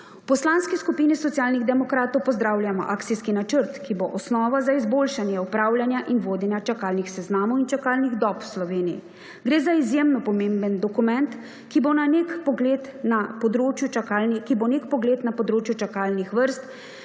Poslanski skupini Socialnih demokratov pozdravljamo akcijski načrt, ki bo osnova za izboljšanje upravljanja in vodenja čakalnih seznamov in čakalnih dob v Sloveniji. Gre za izjemno pomemben dokument, ki bo na nek pogled na področju čakalnih vrst,